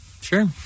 Sure